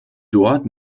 dort